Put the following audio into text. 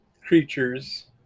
creatures